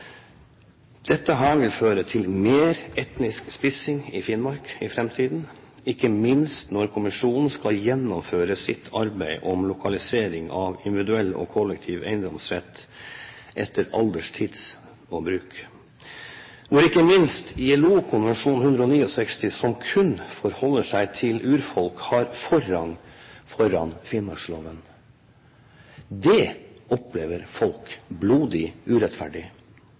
Dette vil føre til mer etnisk spissing i Finnmark i framtiden, ikke minst når kommisjonen skal gjennomføre sitt arbeid med lokalisering av individuell og kollektiv eiendomsrett etter alders tids bruk, hvor ikke minst ILO-konvensjon 169, som kun forholder seg til urfolk, har forrang foran finnmarksloven. Det opplever folk blodig urettferdig.